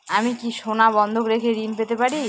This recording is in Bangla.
আমি কি সোনা বন্ধক রেখে ঋণ পেতে পারি?